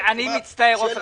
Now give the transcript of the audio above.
אני מצטער, עופר.